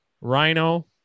Rhino